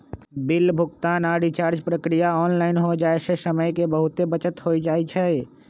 bill भुगतान आऽ recharge प्रक्रिया ऑनलाइन हो जाय से समय के बहुते बचत हो जाइ छइ